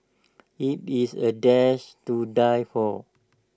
IT is A dish to die for